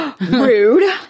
Rude